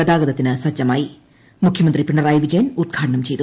ഗതാഗതത്തിന് സജ്ജമായി മുഖ്യമന്ത്രി പിണറായി വിജയൻ ഉദ്ഘാടനം ്ചെയ്തു